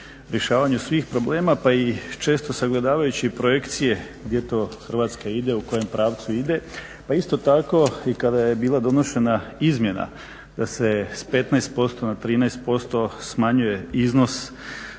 rješavanju svih problema pa i često sagledavajući projekcije gdje to Hrvatska ide u kojem pravcu ide. Pa isto tako i kada je bila donošena izmjena da se s 15% na 13% smanjuje iznos kada